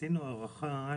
עשינו הערכה,